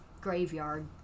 graveyard